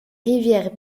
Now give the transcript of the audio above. rivières